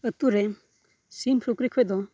ᱟᱹᱛᱩᱨᱮ ᱥᱤᱢ ᱥᱩᱠᱨᱤ ᱠᱷᱚᱱ ᱫᱚ